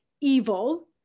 evil